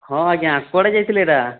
ହଁ ଆଜ୍ଞା କୁଆଡ଼େ ଯାଇଥିଲେ ଏଇଟା